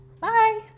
Bye